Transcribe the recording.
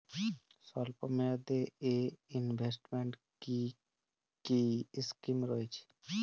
স্বল্পমেয়াদে এ ইনভেস্টমেন্ট কি কী স্কীম রয়েছে?